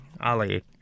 Ali